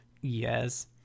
Yes